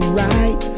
right